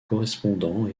correspondants